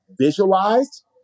Visualized